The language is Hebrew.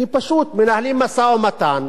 כי פשוט מנהלים משא-ומתן,